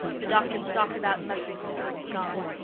the doctor stalked about muttering thank god.